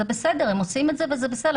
הם עושים את זה וזה בסדר.